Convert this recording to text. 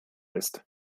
ist